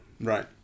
Right